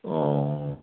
ও